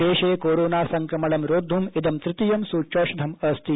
देशे कोरोना संक्रमणं रोद्वुम् इद तृतीयं सूच्यौषधम् अस्ति